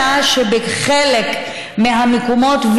אלא שבחלק מהמקומות,